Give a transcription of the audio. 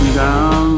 down